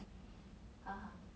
haha